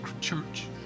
church